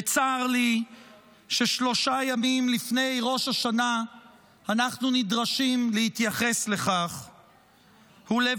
וצר לי ששלושה ימים לפני ראש השנה אנחנו נדרשים להתייחס לכך ולבסוף,